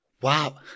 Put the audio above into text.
Wow